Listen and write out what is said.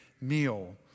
meal